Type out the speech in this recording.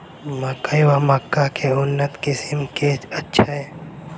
मकई वा मक्का केँ उन्नत किसिम केँ छैय?